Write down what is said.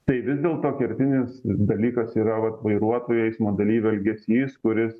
tai vis dėlto kertinis dalykas yra vat vairuotojų eismo dalyvių elgesys kuris